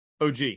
OG